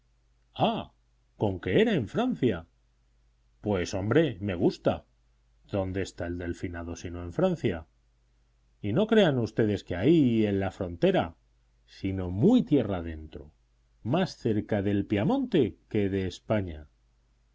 ah conque era en francia pues hombre me gusta dónde está el delfinado sino en francia y no crean ustedes que ahí en la frontera sino muy tierra adentro más cerca del piamonte que de españa